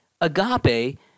Agape